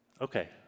okay